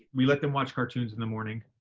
we let them watch cartoons in the morning.